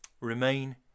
Remain